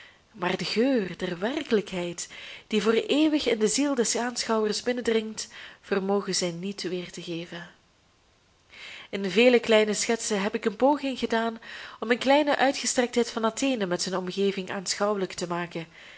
maar den geur der werkelijkheid die voor eeuwig in de ziel des aanschouwers binnendringt vermogen zij niet weer te geven in vele kleine schetsen heb ik een poging gedaan om een kleine uitgestrektheid van athene met zijn omgeving aanschouwelijk te maken